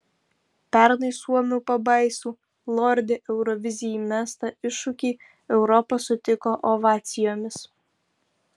pernai suomių pabaisų lordi eurovizijai mestą iššūkį europa sutiko ovacijomis